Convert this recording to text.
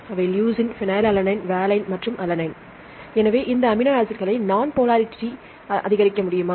அவை leucine phenylalanine valine மற்றும் alanine ஆகும் எனவே இந்த அமினோ ஆசிட்களை நான்போலாரிட்டி அதிகரிக்க முடியுமா